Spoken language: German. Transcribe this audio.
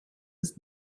ist